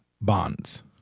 bonds